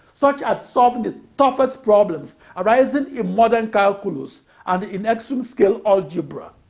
such as solving the toughest problems arising in modern calculus and in extreme-scale algebra.